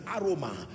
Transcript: aroma